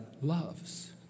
loves